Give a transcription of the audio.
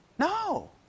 No